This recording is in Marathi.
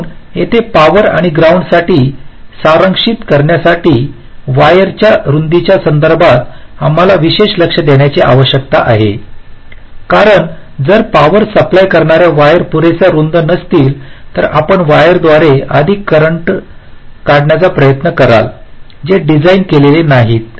म्हणून येथे पॉवर किंवा ग्राउंडसाठी सारांशित करण्यासाठी वायरच्या रुंदीच्या संदर्भात आम्हाला विशेष लक्ष देण्याची आवश्यकता आहे कारण जर पॉवर सप्लाय करणाऱ्या वायर पुरेसे रुंद नसतील तर आपण वायर द्वारे अधिक करंट काढण्याचा प्रयत्न कराल जे डिझाइन केलेले नाहीत